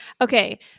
Okay